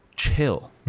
Chill